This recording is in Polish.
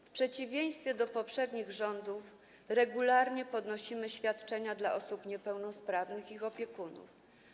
W przeciwieństwie do poprzednich rządów regularnie podnosimy świadczenia dla osób niepełnosprawnych i ich opiekunów.